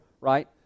Right